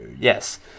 Yes